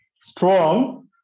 strong